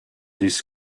this